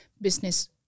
business